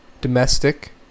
domestic